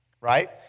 right